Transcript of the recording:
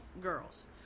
girls